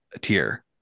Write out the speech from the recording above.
tier